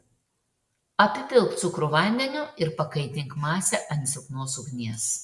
apipilk cukrų vandeniu ir pakaitink masę ant silpnos ugnies